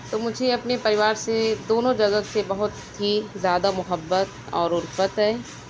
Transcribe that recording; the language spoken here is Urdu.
تو مجھے اپنے پریوار سے دونوں جگہ سے بہت ہی زیادہ محبت اور اُلفت ہے